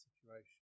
situation